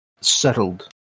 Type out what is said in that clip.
settled